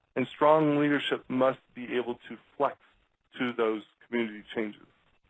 and strong leadership must be able to flex to those community changes.